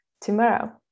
tomorrow